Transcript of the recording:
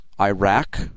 Iraq